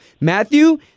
Matthew